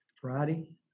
Friday